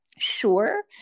Sure